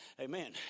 Amen